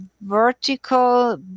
vertical